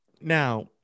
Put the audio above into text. Now